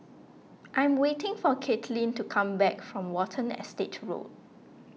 I'm waiting for Katelyn to come back from Watten Estate Road